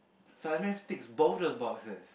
ticks both the boxers